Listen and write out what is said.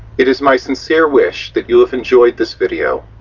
it is my sincere wish that you have enjoyed this video,